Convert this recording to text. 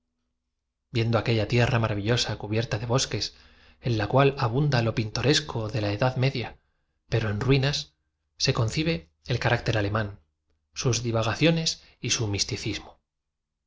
viendo aquella tierra maravillosa cubierta de bosques en la cual abunda lo pintoresco de la edad media pero en ruinas se concibe el carácter alemán sus divagaciones y su misticismo